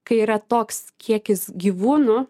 kai yra toks kiekis gyvūnų